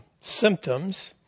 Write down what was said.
symptoms